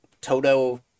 Toto